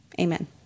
Amen